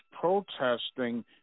protesting